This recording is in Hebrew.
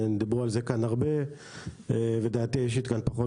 דיברו על זה כאן הרבה ודעתי האישית כאן פחות